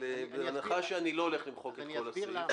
אבל בהנחה שאני לא הולך למחוק את כל הסעיף?